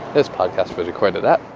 this podcast was recorded at.